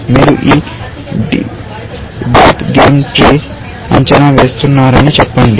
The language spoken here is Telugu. మీరు ఈ డీప్ గేమ్ ట్రీ అంచనా వేస్తున్నారని చెప్పండి